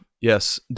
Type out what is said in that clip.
yes